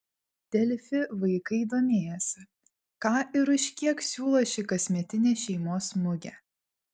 delfi vaikai domėjosi ką ir už kiek siūlo ši kasmetinė šeimos mugė